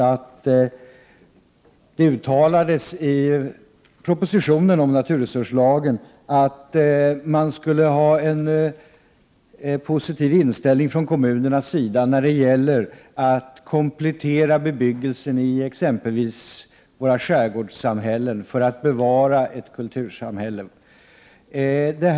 Det uttalades i propositionen om naturresurslagen att kommunerna bör ha en positiv inställning till komplettering av bebyggelsen i exempelvis skärgårdssamhällena för att möjliggöra ett bevarande av kulturbygden.